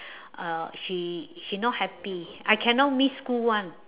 uh she she not happy I cannot miss school [one]